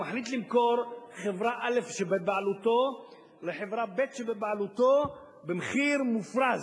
הוא מחליט למכור חברה א' שבבעלותו לחברה ב' שבבעלותו במחיר מופרז.